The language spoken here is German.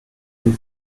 dem